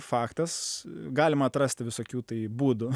faktas galima atrasti visokių tai būdų